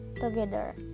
together